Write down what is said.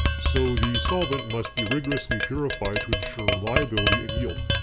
so the solvent must be rigorously purified to ensure reliability and yield.